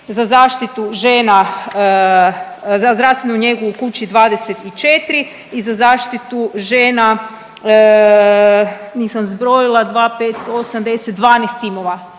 za zaštitu žena, za zdravstvenu njegu u kući 24 i za zaštitu žena nisam zbrojila 2, 5, 8, 10, 12 timova.